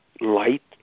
light